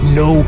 no